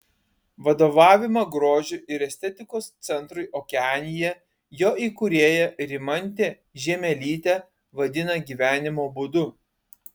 vadovavimą grožio ir estetikos centrui okeanija jo įkūrėja rimantė žiemelytė vadina gyvenimo būdu